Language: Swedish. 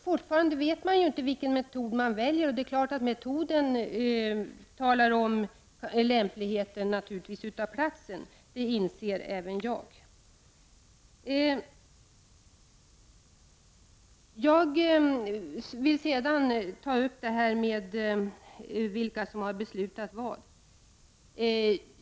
Fortfarande vet man inte vilken metod som kommer att väljas, och naturligtvis är det metoden som bestämmer vilken plats som är lämplig. Det inser även jag. Så vill jag ta upp det här med vilka som har beslutat vad.